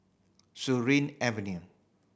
Surin Avenue